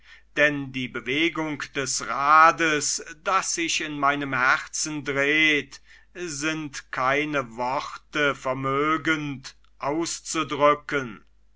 denn die bewegung des rades das sich in meinem herzen dreht sind keine worte vermögend auszudrücken